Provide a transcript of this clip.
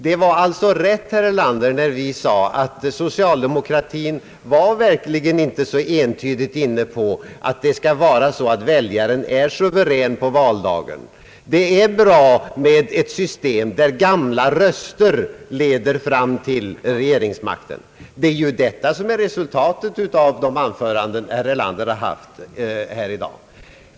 Det var alltså rätt, herr Erlander, när vi sade att socialdemokratin verkligen inte var så entydigt inriktad på att det skall vara så, att väljaren är suverän på valdagen; det är bra med ett system där gamla röster leder fram till regeringsmakten. Det är ju detta som är resultatet av de anföranden som herr Erlander har hållit här i dag.